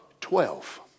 Twelve